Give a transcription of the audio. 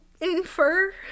infer